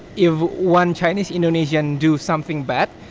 if one chinese-indonesian do something bad,